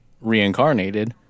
reincarnated